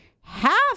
half